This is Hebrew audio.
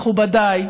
מכובדיי,